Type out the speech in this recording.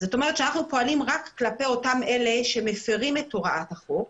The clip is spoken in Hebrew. אנחנו פועלים רק כלפי אותם אלה שמפירים את הוראת החוק,